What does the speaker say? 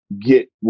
get